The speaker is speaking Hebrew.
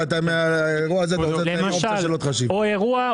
ומהאירוע הזה --- אירוע,